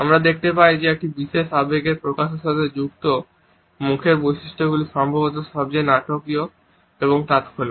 আমরা দেখতে পাই যে এই বিশেষ আবেগের প্রকাশের সাথে যুক্ত মুখের বৈশিষ্ট্যগুলি সম্ভবত সবচেয়ে নাটকীয় এবং তাত্ক্ষণিক